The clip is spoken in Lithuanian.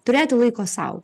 turėti laiko sau